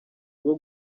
rwo